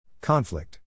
Conflict